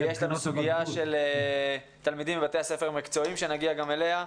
יש לנו סוגיה של תלמידים בבתי הספר המקצועיים שנגיע גם אליה.